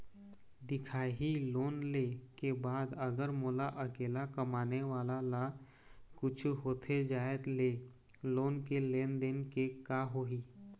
दिखाही लोन ले के बाद अगर मोला अकेला कमाने वाला ला कुछू होथे जाय ले लोन के लेनदेन के का होही?